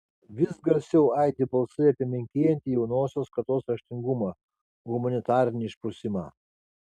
vis garsiau aidi balsai apie menkėjantį jaunosios kartos raštingumą humanitarinį išprusimą